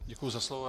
Děkuji za slovo.